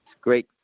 great